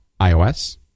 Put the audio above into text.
iOS